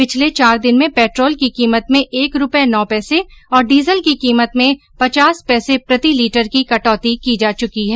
पिछले चार दिन में पेट्रोल की कीमत में एक रूपये नौ पैसे और डीजल की कीमत में पचास पैसे प्रति लीटर की कटौती की जा चुकी है